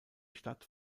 stadt